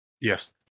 Yes